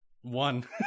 One